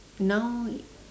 now